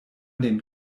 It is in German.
den